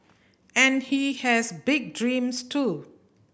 and he has big dreams too